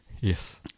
yes